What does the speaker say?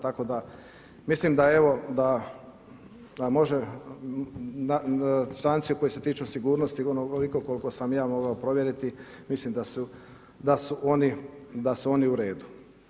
Tako da mislim da može članci koji se tiču sigurnosti, onoliko koliko sam ja mogao provjeriti, mislim da su oni u redu.